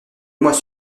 mois